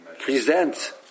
present